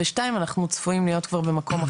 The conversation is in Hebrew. זה דברים שאנחנו צריכים לראות איך אנחנו משפרים.